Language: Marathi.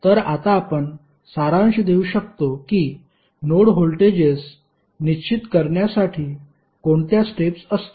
तर आता आपण सारांश देऊ शकतो की नोड व्होल्टेजेस निश्चित करण्यासाठी कोणत्या स्टेप्स असतील